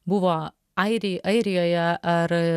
buvo airiai airijoje ar